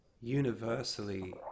universally